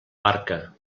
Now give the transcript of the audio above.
barca